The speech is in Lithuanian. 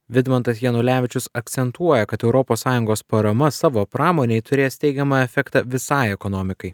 vidmantas janulevičius akcentuoja kad europos sąjungos parama savo pramonei turės teigiamą efektą visai ekonomikai